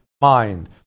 mind